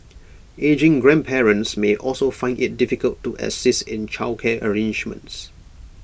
ageing grandparents may also find IT difficult to assist in childcare arrangements